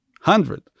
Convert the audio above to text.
hundred